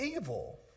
evil